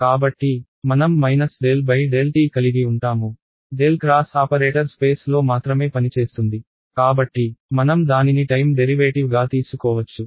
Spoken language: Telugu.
కాబట్టి మనం ∇∇t కలిగి ఉంటాము డెల్ క్రాస్ ఆపరేటర్ స్పేస్ లో మాత్రమే పనిచేస్తుంది కాబట్టి మనం దానిని టైమ్ డెరివేటివ్గా తీసుకోవచ్చు